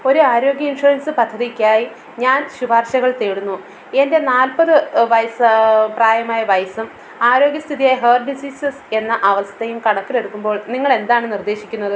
ഒരു ആരോഗ്യ ഇൻഷുറൻസ് പദ്ധതിക്കായി ഞാൻ ശുപാർശകൾ തേടുന്നു എൻ്റെ നാൽപ്പത് വയസ്സ് പ്രായമായ വയസ്സും ആരോഗ്യസ്ഥിതിയായ ഹേർട്ട് ഡിസീസസ് എന്ന അവസ്ഥയും കണക്കിലെടുക്കുമ്പോൾ നിങ്ങളെന്താണ് നിർദ്ദേശിക്കുന്നത്